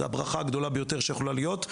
זה הברכה הגדולה ביותר שיכולה להיות,